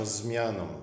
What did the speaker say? zmianą